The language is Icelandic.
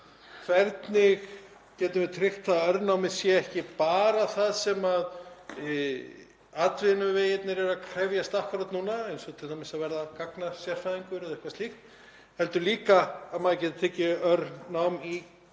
Hvernig getum við tryggt það að örnám sé ekki bara það sem atvinnuvegirnir eru að krefjast akkúrat núna, eins og t.d. að verða gagnasérfræðingur eða eitthvað slíkt, heldur líka að maður geti tekið örnám í